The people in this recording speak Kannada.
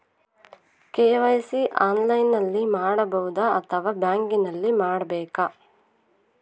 ಕೆ.ವೈ.ಸಿ ಆನ್ಲೈನಲ್ಲಿ ಮಾಡಬಹುದಾ ಅಥವಾ ಬ್ಯಾಂಕಿನಲ್ಲಿ ಮಾಡ್ಬೇಕಾ?